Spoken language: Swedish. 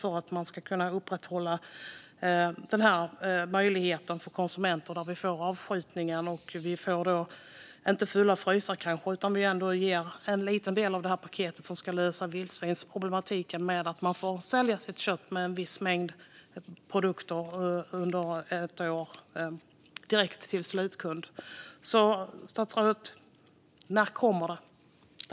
Då får vi den här möjligheten för konsumenter. Vi får avskjutningen och inte fulla frysar, kanske, men en liten del av paketet som ska lösa vildsvinsproblematiken genom att man får sälja kött och en viss mängd produkter under ett år direkt till slutkund. Så, statsrådet, när kommer det?